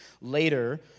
Later